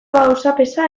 auzapeza